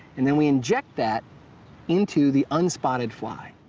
and then we inject that into the unspotted fly.